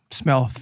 smell